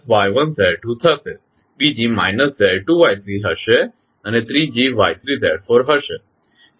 આ એક છે તેથી ફર્સ્ટ માઇનસ Y1 Z2 થશે બીજી માઇનસ Z2 Y3 હશે અને ત્રીજી Y3 Z4 હશે